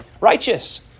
righteous